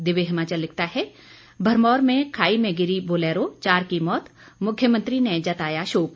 दिव्य हिमाचल लिखता है भरमौर में खाई में गिरी बोलैरो चार की मौत मुख्यमंत्री ने जताया शोक